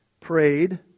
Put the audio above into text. prayed